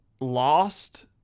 Lost